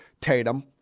Tatum